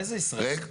איזה ישראל?